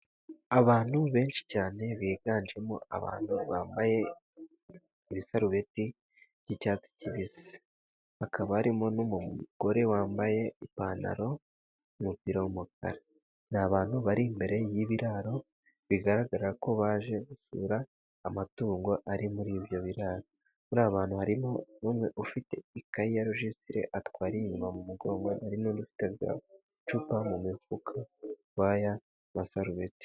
Abantu benshi cyane biganjemo abantu bambaye ibisarubeti by'icyatsi kibisi, hakaba harimo n'umugore wambaye ipantaro, n'umupira w'umukara. Ni abantu bari imbere y'ibiraro, bigaragara ko baje gusura amatungo ari muri ibyo biraro. Muri abo bantu harimo umwe ufite ikayi ya rojisitere atwariye inyuma mu mugo we. Hari n'undi ufite icupa mu mufuka w'ayo masarubeti.